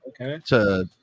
Okay